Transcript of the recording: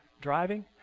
driving